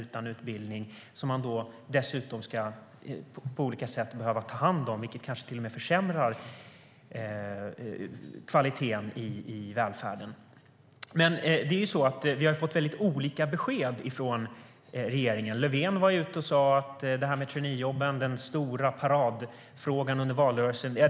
Dessutom ska dessa människor tas om hand på olika sätt, vilket till och med kanske försämrar kvaliteten i välfärden. Vi har fått väldigt olika besked från regeringen. Löfven sa att han är beredd att dra tillbaka traineejobben - den stora paradfrågan under valrörelsen.